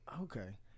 Okay